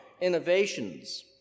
innovations